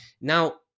Now